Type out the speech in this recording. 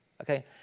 Okay